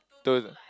to